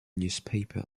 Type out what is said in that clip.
newspaper